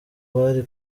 bari